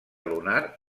lunar